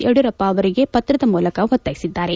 ಯಡಿಯೂರಪ್ಪ ಅವಲಿಗೆ ಪತ್ರದ ಮೂಲಕ ಬರೆದು ಒತ್ತಾಯಿಸಿದ್ದಾರೆ